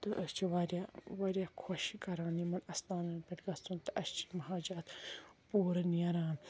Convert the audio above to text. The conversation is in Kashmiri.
تہٕ أسۍ چھِ واریاہ واریاہ خۄش کَران یِم یِمن اَستانَن پٮ۪ٹھ گَژھُن تہٕ اسہِ چھِ حاجات پوٗرٕ نیران